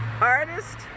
artist